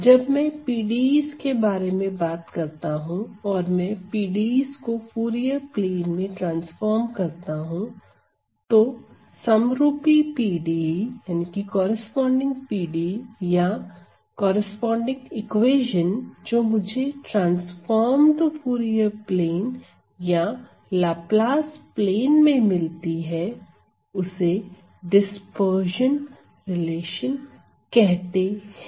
जब मैं PDEs के बारे में बात करता हूं और मैं PDEs को फूरिये प्लेन में ट्रांसफार्म करता हूं तो समरूपी PDE या समरूपी इक्वेशन जो मुझे ट्रांसफॉर्म्ड फूरिये प्लेन या लाप्लास प्लेन में मिलती है उसे डिस्पर्शन रिलेशन कहते हैं